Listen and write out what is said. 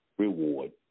Reward